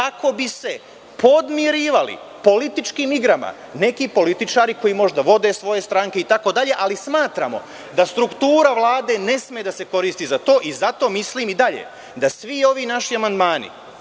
kako bi se podmirivali političkim igrama neki političari koji možda vode svoje stranke, ali smatramo da struktura Vlade ne sme da se koristi za to i zato mislim da svi ovi naši amandmani